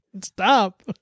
Stop